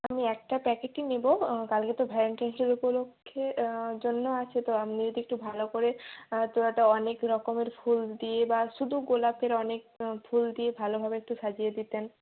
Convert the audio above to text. আমি একটা প্যাকেটই নেব কালকে তো ভ্যালেন্টাইন্সের উপলক্ষে জন্য আছে তো আপনি যদি একটু ভালো করে তোড়াটা অনেক রকমের ফুল দিয়ে বা শুধু গোলাপের অনেক ফুল দিয়ে ভালোভাবে একটু সাজিয়ে দিতেন